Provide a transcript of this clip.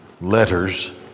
Letters